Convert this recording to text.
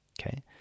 Okay